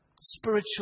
spiritual